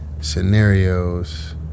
scenarios